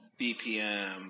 BPM